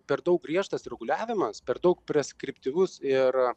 per daug griežtas reguliavimas per daug preskriptyvus ir